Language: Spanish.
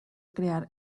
crear